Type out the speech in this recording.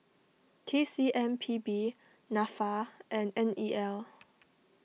T C M P B Nafa and N E L